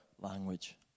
language